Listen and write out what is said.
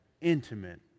intimate